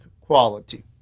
quality